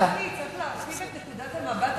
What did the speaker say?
איזו נקודת מבט,